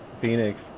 Phoenix